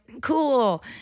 cool